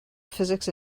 physics